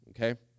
Okay